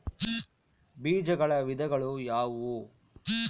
ಬೇಜಗಳ ವಿಧಗಳು ಯಾವುವು?